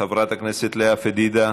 חברת הכנסת לאה פדידה,